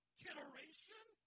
generation